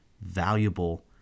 valuable